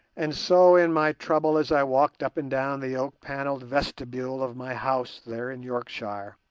and so in my trouble, as i walked up and down the oak-panelled vestibule of my house there in yorkshire,